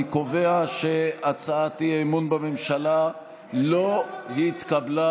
אני קובע שהצעת האי-אמון בממשלה לא נתקבלה,